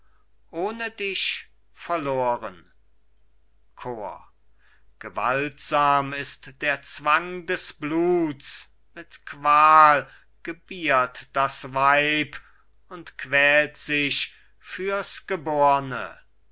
ohne dich verloren chor gewaltsam ist der zwang des bluts mit qual gebiert das weib und quält sich fürs geborne